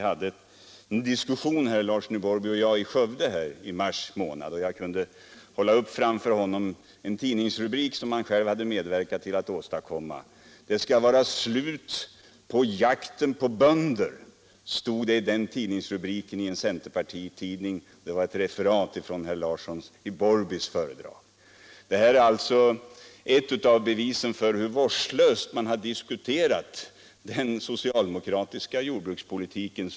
Herr Larsson och jag hade en diskussion i Skövde i mars detta år, och jag kunde där hålla upp framför honom en tidningsrubrik som han själv hade medverkat till att åstadkomma: ”Det skall vara slut på jakten på bönder”, stod det i den rubriken, som var hämtad ur en centerpartitidning. Det var ett referat från ett föredrag av herr Larsson i Borrby. Detta är alltså ett av bevisen för hur vårdslöst man har diskuterat den socialdemokratiska jordbrukspolitiken.